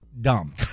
dumb